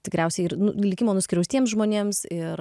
tikriausiai ir nu likimo nuskriaustiems žmonėms ir